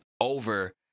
over